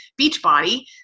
Beachbody